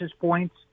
points